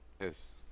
Yes